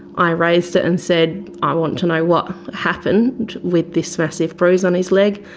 i raised it and said, i want to know what happened with this massive bruise on his leg.